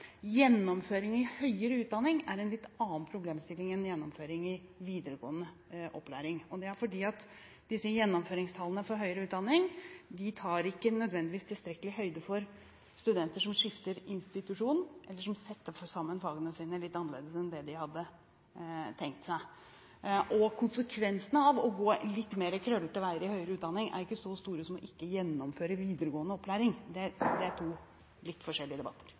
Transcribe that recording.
gjennomføring i høyere utdanning er en litt annen problemstilling enn gjennomføring i videregående opplæring. Det er fordi disse gjennomføringstallene for høyere utdanning nødvendigvis ikke tar tilstrekkelig høyde for studenter som skifter institusjon, eller som setter sammen fagene sine litt annerledes enn det de hadde tenkt seg. Konsekvensene av å gå litt mer krøllete veier i høyere utdanning er ikke så store som ikke å gjennomføre videregående opplæring – det er to vidt forskjellige debatter.